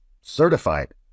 certified